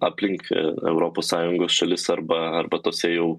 aplink europos sąjungos šalis arba arba tuose jau